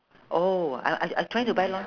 oh I I I trying to buy long